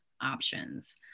options